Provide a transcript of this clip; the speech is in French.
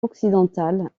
occidentale